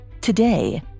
today